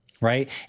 right